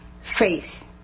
Faith